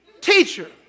Teacher